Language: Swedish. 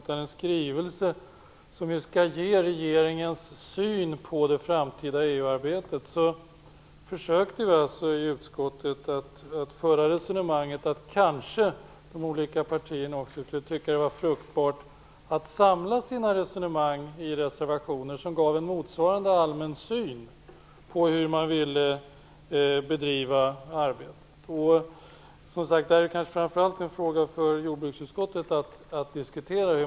Den skall ge regeringens syn på det framtida EU-arbetet. Vi menade i utskottet att de olika partierna kanske skulle tycka att det var fruktbart att samla sina resonemang i reservationer som gav en motsvarande allmän syn på hur man ville bedriva arbetet. Att diskutera hur man vill fortsätta är kanske framför allt en fråga för jordbruksutskottet.